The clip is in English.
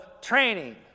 training